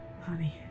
honey